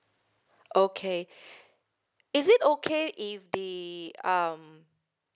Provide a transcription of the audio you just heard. okay is it okay if the um